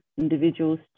individuals